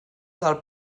del